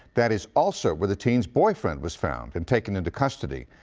that is also where the teen's boyfriend was found and taken into custody.